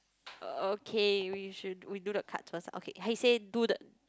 okay we should we do the cards first lah okay hi say do the